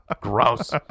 Gross